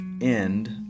end